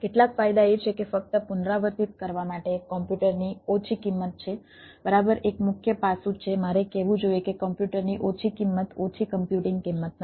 કેટલાક ફાયદા એ છે કે ફક્ત પુનરાવર્તિત કરવા માટે એક કોમ્પ્યુટરની ઓછી કિંમત છે બરાબર એક મુખ્ય પાસું છે મારે કહેવું જોઈએ કે કોમ્પ્યુટરની ઓછી કિંમત ઓછી કમ્પ્યુટિંગ કિંમત નથી